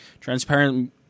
transparent